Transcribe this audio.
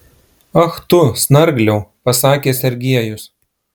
ach tu snargliau pasakė sergiejus